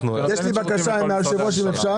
יש לי בקשה, היושב ראש.